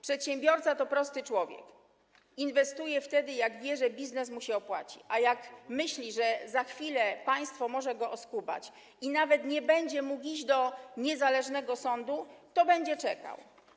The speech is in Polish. Przedsiębiorca to prosty człowiek - inwestuje wtedy, kiedy wie, że biznes mu się opłaci, a jak myśli, że za chwilę państwo może go oskubać i nawet nie będzie mógł iść do niezależnego sądu, to będzie czekał.